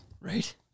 Right